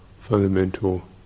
fundamental